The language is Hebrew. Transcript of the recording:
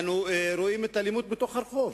אנו רואים את האלימות ברחוב,